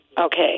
Okay